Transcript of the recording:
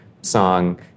song